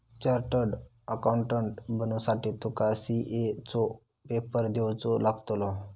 chartered accountant बनुसाठी तुका CA चो पेपर देवचो लागतलो